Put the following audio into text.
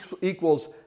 equals